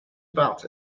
about